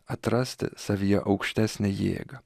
atrasti savyje aukštesnę jėgą